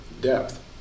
depth